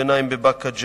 חטיבת ביניים בבאקה-ג'ת,